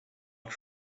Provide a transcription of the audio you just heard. not